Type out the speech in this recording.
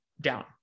down